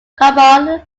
carbonyl